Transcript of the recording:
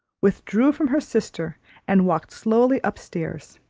withdrew from her sister and walked slowly up stairs.